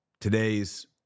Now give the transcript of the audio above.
Today's